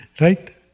right